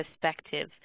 perspective